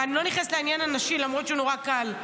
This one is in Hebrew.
אני לא נכנסת לעניין הנשי, למרות שהוא נורא קל.